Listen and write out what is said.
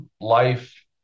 life